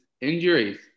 injuries